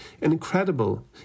incredible